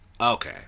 Okay